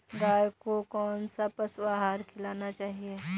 गाय को कौन सा पशु आहार खिलाना चाहिए?